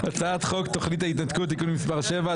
הצעת חוק יישום תוכנית ההתנתקות (תיקון מס' 7)